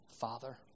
Father